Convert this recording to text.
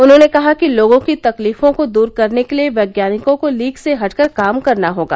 उन्होंने कहा कि लोगों की तकलीफों को दूर करने के लिए वैज्ञानिकों को लीक से हटकर काम करना होगा